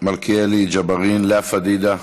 מלכיאלי, ג'בארין, לאה פדידה,